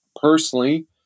personally